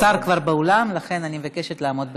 השר כבר באולם, לכן אני מבקשת לעמוד בזמנים.